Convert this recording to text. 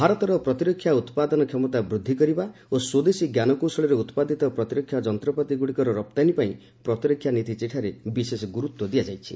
ଭାରତର ପ୍ରତିରକ୍ଷା ଉତ୍ପାଦନ କ୍ଷମତା ବୃଦ୍ଧି କରିବା ଓ ସ୍ୱଦେଶୀ ଜ୍ଞାନକୌଶଳରେ ଉତ୍ପାଦିତ ପ୍ରତିରକ୍ଷା ଯନ୍ତପାତି ଗୁଡ଼ିକର ରପ୍ତାନୀ ପାଇଁ ପ୍ରତିରକ୍ଷା ନୀତି ଚିଠାରେ ବିଶେଷ ଗୁରୁତ୍ୱ ଦିଆଯାଇଛି